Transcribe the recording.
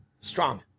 strong